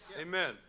Amen